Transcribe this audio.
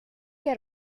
que